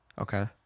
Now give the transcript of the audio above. Okay